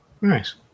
Nice